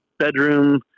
bedroom